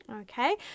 Okay